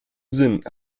sinn